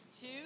Two